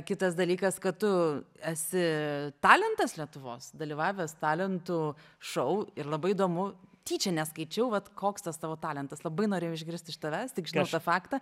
kitas dalykas kad tu esi talentas lietuvos dalyvavęs talentų šou ir labai įdomu tyčia neskaičiau vat koks tas tavo talentas labai norėjau išgirst iš tavęs tik žinau tą faktą